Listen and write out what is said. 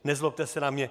Nezlobte se na mě.